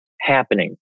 happening